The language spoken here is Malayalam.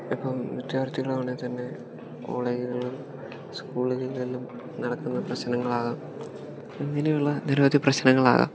ഇപ്പം വിദ്യാർത്ഥികളാണേൽ തന്നെ കോളേജുകളിലും സ്കൂളുകളിലും നടക്കുന്ന പ്രശ്നങ്ങളാകാം ഇങ്ങനെ ഉള്ള നിരവധി പ്രശ്നങ്ങളാകാം